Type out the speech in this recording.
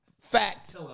fact